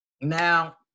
Now